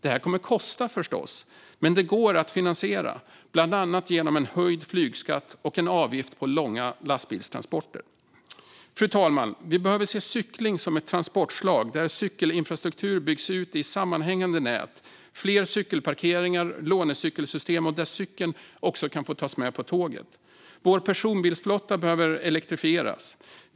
Detta kommer förstås att kosta, men det går att finansiera, bland annat genom en höjd flygskatt och en avgift på långa lastbilstransporter. Fru talman! Vi behöver se cykling som ett transportslag för vilket cykelinfrastruktur byggs ut i sammanhängande nät med fler cykelparkeringar och ett lånecykelsystem och där cykeln kan få tas med på tåget. Vår personbilsflotta behöver elektrifieras.